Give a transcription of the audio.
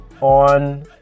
on